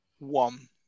one